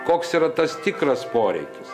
koks yra tas tikras poreikis